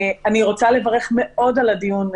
אני רוצה לברך מאוד על הדיון,